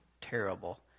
terrible